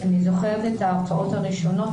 אני זוכרת את ההרצאות הראשונות